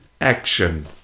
action